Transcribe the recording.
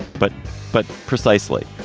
but but precisely